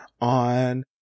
on